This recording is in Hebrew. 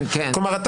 כן, כן.